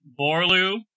Borlu